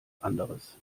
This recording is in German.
anderes